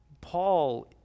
Paul